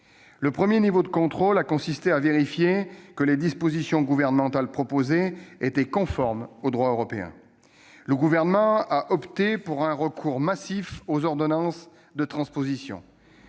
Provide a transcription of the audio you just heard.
Le premier niveau de contrôle a consisté à vérifier que les dispositions gouvernementales proposées étaient conformes au droit européen. Le Gouvernement a opté pour un recours massif aux ordonnances de transposition.